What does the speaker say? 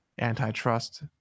antitrust